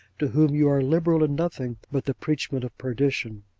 to whom you are liberal in nothing but the preachment of perdition!